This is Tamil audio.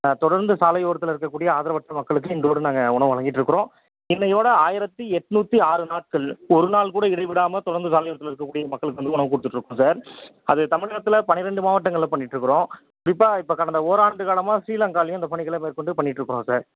தொடர்ந்து சாலை ஓரத்தில் இருக்கக்கூடிய ஆதரவற்ற மக்களுக்கு இந்த ஒரு நாங்கள் உணவு வழங்கிக்கிட்டு இருக்கிறோம் இன்னையோடு ஆயிரத்தி எட்நூத்தி ஆறு நாட்கள் ஒரு நாள் கூட இடைவிடாமல் தொடர்ந்து சாலையோரத்தில் இருக்ககூடிய மக்களுக்கு வந்து உணவு கொடுத்துட்டு இருக்கோம் சார் அது தமிழ்நாட்டுல பனிரெண்டு மாவட்டங்களில் பண்ணிக்கிட்டு இருக்கிறோம் இப்போ இப்போ கடந்த ஓராண்டு காலமாக ஸ்ரீலங்காவிலையும் இந்த பணிகளை மேற்கொண்டு பண்ணிக்கிட்டு இருக்கிறோம் சார்